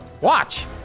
Watch